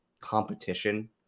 competition